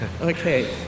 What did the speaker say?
okay